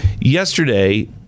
yesterday